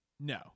No